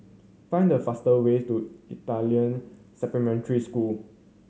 find the fastest way to Italian Supplementary School